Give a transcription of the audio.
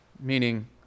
meaning